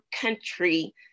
country